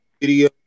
video